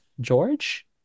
George